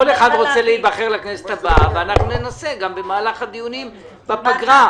גם לכנסת הבאה, וננסה גם במהלך הדיונים בפגרה.